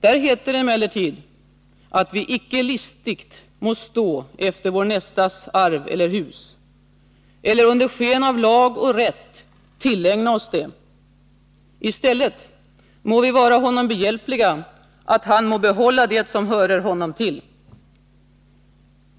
Där heter det emellertid att vi ”icke listigt må stå efter vår nästas arv eller hus, eller under sken av lag och rätt tillägna oss det”. I stället ”må vi vara honom behjälpliga, att han må behålla det, som hörer honom till”.